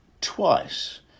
twice